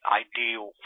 ideal